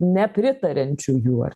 nepritariančiųjų ar